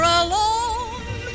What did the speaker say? alone